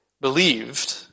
believed